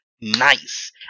nice